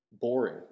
boring